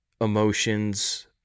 emotions